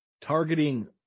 targeting